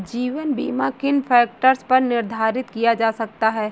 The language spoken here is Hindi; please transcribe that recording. जीवन बीमा किन फ़ैक्टर्स पर निर्धारित किया जा सकता है?